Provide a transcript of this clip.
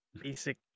basic